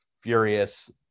furious